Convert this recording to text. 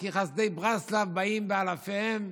כי חסידי ברסלב באים באלפיהם,